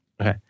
Okay